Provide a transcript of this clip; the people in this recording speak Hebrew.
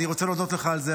אני רוצה להודות לך על זה.